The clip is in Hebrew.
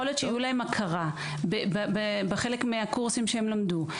יכול להיות שתהיה להם הכרה בחלק מהקורסים שהם למדו,